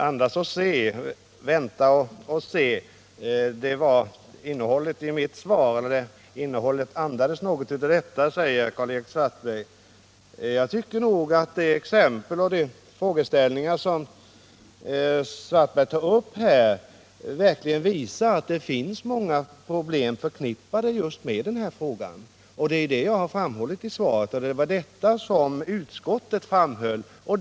Herr talman! Karl-Erik Svartberg säger att mitt svar andas något av att jag vill vänta och se. Jag tycker emellertid att de exempel som Karl Erik Svartberg här anförde verkligen visar att det är många problem förknippade med denna fråga. Det är detta jag framhållit i svaret, och det var också detta som utskottet framhöll.